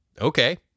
okay